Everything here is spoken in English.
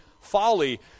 folly